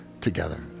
together